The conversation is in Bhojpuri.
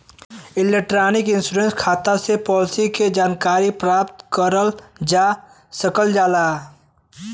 इलेक्ट्रॉनिक इन्शुरन्स खाता से पालिसी के जानकारी प्राप्त करल जा सकल जाला